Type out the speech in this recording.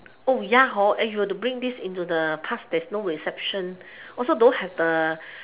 oh ya hor if you were to bring this into the past there's no reception also don't have the